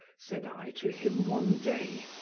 said i to him one day,